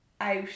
out